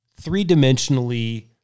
three-dimensionally